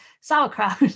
sauerkraut